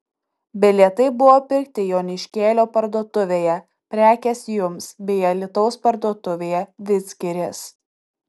bilietai buvo pirkti joniškėlio parduotuvėje prekės jums bei alytaus parduotuvėje vidzgiris